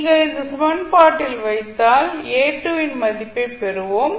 நீங்கள் இந்த சமன்பாட்டில் மதிப்பை வைத்தால் A2 இன் மதிப்பைப் பெறுவோம்